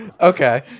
Okay